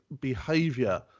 behavior